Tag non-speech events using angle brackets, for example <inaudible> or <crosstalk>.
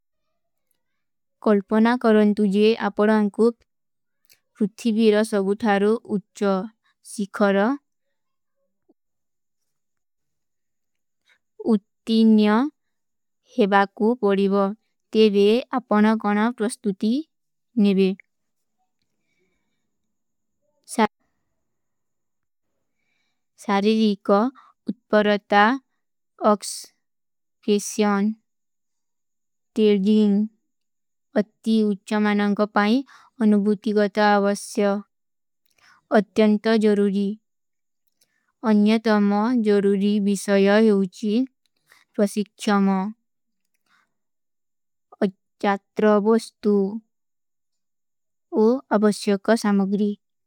କଲ୍ପନା କରନ ତୁଝେ ଆପଡାନ କୁପ, ରୁଥିଭୀର ସଭୁଥାରୁ ଉଚ୍ଛ ସିଖର ଉତ୍ତିନ୍ଯ ହେଵା କୁପ ବଡୀବଵ। ତେଵେ ଆପନା ଗଣପ୍ରସ୍ତୁତି ନିଵେ। ସରିରୀକ ଉତ୍ପରତା ଓକ୍ଷ କେଶ୍ଯାନ। ତେଲଦିଂଗ ଉତ୍ତି ଉଚ୍ଛମାନାଂ କୋ ପାଈ ଅନୁଭୁତିକାତା ଆଵସ୍ଯା। <hesitation> ଅତ୍ଯାଂତା ଜରୁଦୀ। ଅନ୍ଯତମା ଜରୁଦୀ ବିସଯା ହେଵୁଚୀ ତ୍ଵସିକ୍ଷମା। ଅଚ୍ଛତ୍ରଭୂସ୍ତୁ। ଉଆଵସ୍ଯାକା ସମଗ୍ରୀ।